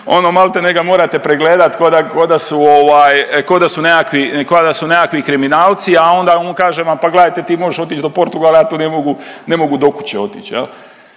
ono maltene ga morate pregledat ko da su nekakvi kriminalci, a onda on kaže pa gledajte ti možeš otić do Portugala ja tu ne mogu do kuće otić.